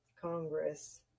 Congress